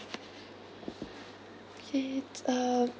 K uh